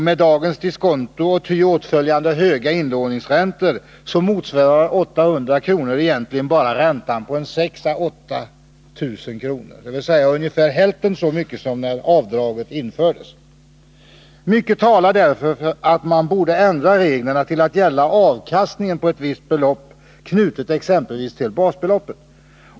Med dagens diskonto och ty åtföljande höga inlåningsräntor motsvarar 800 kr. egentligen bara räntan på 6 000 å 8 000 kr., dvs. ungefär hälften så mycket som när avdraget infördes. Mycket talar därför för att man borde ändra reglerna till att gälla avkastningen på ett visst belopp, knutet exempelvis till basbeloppet.